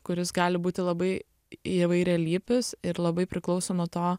kuris gali būti labai įvairialypis ir labai priklauso nuo to